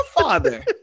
father